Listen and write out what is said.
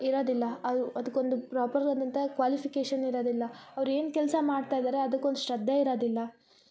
ಇರದಿಲ್ಲ ಅದಕ್ಕೊಂದು ಪ್ರಾಪರ್ ಆದಂಥ ಕ್ವಾಲಿಫಿಕೇಷನ್ ಇರೋದಿಲ್ಲ ಅವ್ರೇನು ಕೆಲಸ ಮಾಡ್ತಾಯಿದ್ದಾರೆ ಅದಕ್ಕೊಂದು ಶ್ರದ್ಧೆ ಇರೋದಿಲ್ಲ